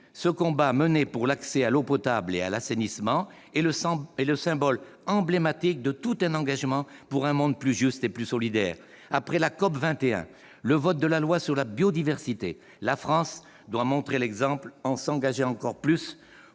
ce combat mené pour l'accès à l'eau potable et à l'assainissement est le symbole emblématique de tout un engagement pour un monde plus juste et plus solidaire ! Après la COP21 et le vote de la loi sur la biodiversité, la France doit montrer l'exemple, en s'engageant encore